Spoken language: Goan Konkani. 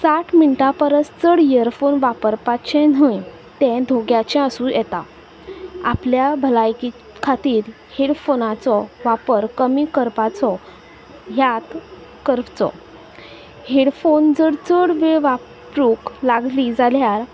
साठ मिनटां परस चड इयरफोन वापरपाचे न्हय तें धोग्याचें आसूं येता आपल्या भलायकी खातीर हेडफोनाचो वापर कमी करपाचो याद करचो हेडफोन जर चड वेळ वापरूक लागली जाल्यार